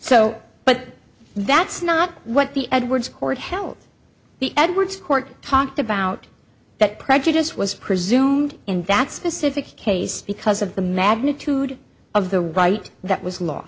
so but that's not what the edwards court held the edwards court talked about that prejudice was presumed in that specific case because of the magnitude of the right that